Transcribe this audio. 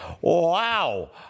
wow